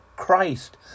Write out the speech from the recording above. Christ